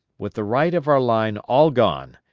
with the right of our line all gone,